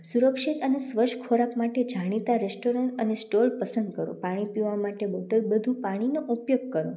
સુરક્ષિત અને સ્વચ્છ ખોરાક માટે જાણીતાં રેસ્ટોરન્ટ અને સ્ટોલ પસંદ કરો પાણી પીવા માટે બોટલ બંધ પાણી ઉપયોગ કરો